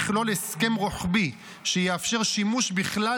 יכלול הסכם רוחבי שיאפשר שימוש בכלל